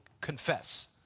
confess